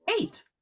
eight